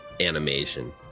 animation